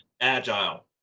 agile